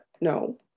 no